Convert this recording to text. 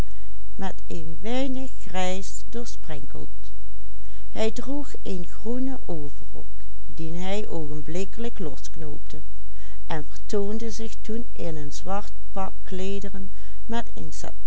overrok dien hij oogenblikkelijk losknoopte en vertoonde zich toen in een zwart pak kleederen met een